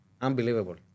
Unbelievable